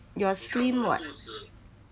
you're slim [what]